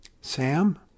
Sam